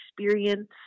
experience